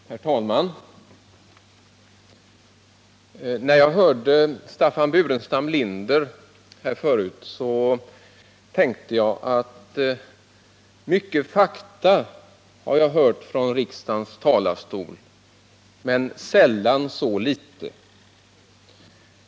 Herr talman! När jag hörde Staffan Burenstam Linder här förut tänkte jag: Mycket fakta har jag hört från riksdagens talarstol, men sällan så lite.